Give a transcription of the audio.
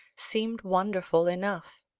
seemed wonderful enough.